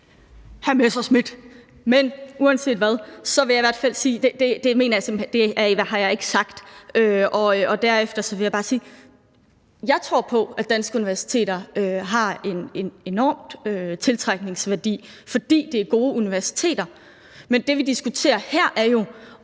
Hr. Messerschmidt, uanset hvad, vil jeg i hvert fald sige, at det mener jeg simpelt hen ikke jeg har sagt, og derefter vil jeg bare sige: Jeg tror på, at danske universiteter har en enorm tiltrækningsværdi, fordi det er gode universiteter, men det, vi diskuterer her, er jo,